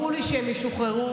ברור לי שהם ישוחררו.